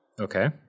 Okay